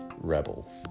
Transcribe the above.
Rebel